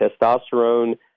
testosterone